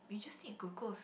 we just need glucose